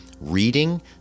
Reading